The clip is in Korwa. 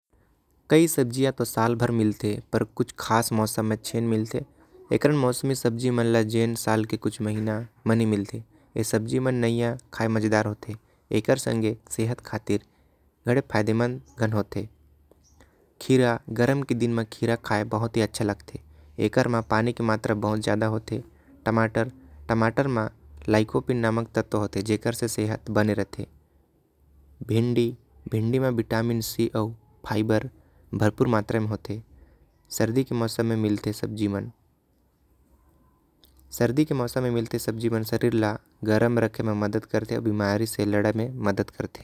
कई सब्जियां त साल बर मिलते पर कुछ खास मौसम म झीन मिलते। एकर मौसमी सब्जियां मन ल जेन साल के कुछ महीना म नई मिलते। ए सब्जी मन नैया खाए म मजेदार होते एकर संगे सेहत खातिर घड़े फायदेमंद होते। खीरा गरम के दिन म खीरा खाए में बहुत ही अच्छा लगते। एकर म पानी के मात्र बहुत ज्यादा होते टमाटर टमाटर म लाइकोपिन नामक तत्व होते। जेकर ले सेहत बने रहते भिंडी भिंडी में विटाइम सी आऊ। फाइबर भरपूर मात्रा में होते सर्दी के मौसम में मिलते। ए सब्जी मन सर्दी के मौसम म मिलते ए सब्जी मन शरीर ल गर्म रखे म मदद करते। आऊ बीमारी ले लड़े म मदद करते।